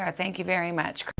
ah thank you very much.